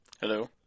Hello